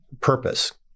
purpose